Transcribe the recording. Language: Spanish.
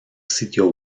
sitio